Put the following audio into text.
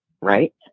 right